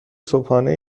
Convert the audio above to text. صبحانه